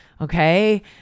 okay